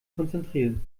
konzentrieren